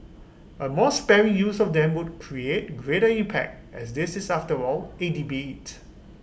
A more sparing use of them would create greater impact as this is after all A debate